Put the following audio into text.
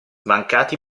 mancati